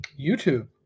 YouTube